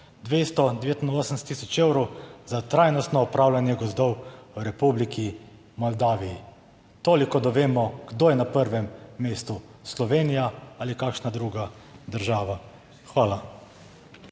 289 tisoč evrov za trajnostno upravljanje gozdov v Republiki Moldaviji. Toliko, da vemo, kdo je na prvem mestu, Slovenija ali kakšna druga država. Hvala.